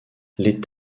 les